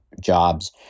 jobs